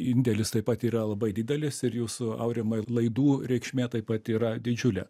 indėlis taip pat yra labai didelis ir jūsų aurimai laidų reikšmė taip pat yra didžiulė